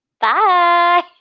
Bye